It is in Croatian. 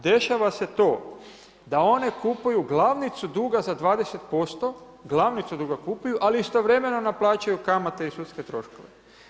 Dešava se to da one kupuju glavnicu duga za 20%, glavnicu duga ali istovremeno naplaćuju kamate i sudske troškove.